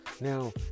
Now